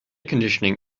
conditioning